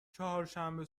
چهارشنبه